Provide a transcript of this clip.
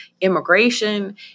immigration